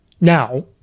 Now